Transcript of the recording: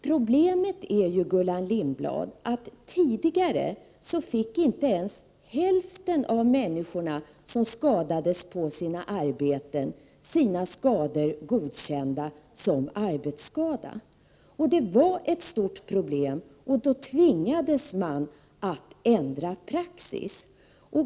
Problemet är ju, Gullan Lindblad, att människor som skadades på sina arbeten tidigare inte ens fick hälften av sina skador godkända som arbetsskada. Det var ett stort problem, och då tvingades man att ändra praxis.